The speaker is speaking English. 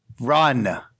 run